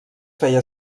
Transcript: feia